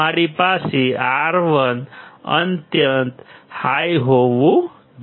અમારી પાસે R1 અત્યંત હાઈ હોવું જોઈએ